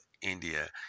India